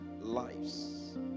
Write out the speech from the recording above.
lives